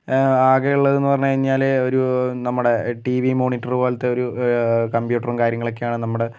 ആകെയുള്ളത് പറഞ്ഞ് കഴിഞ്ഞാല് ഒരു നമ്മുടെ ടീ വി മോണിറ്ററു പോലത്തൊരു കമ്പ്യൂട്ടറും കാര്യങ്ങളക്കെയാണ് നമ്മുടെ